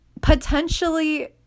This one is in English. potentially